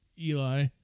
Eli